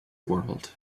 world